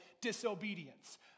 disobedience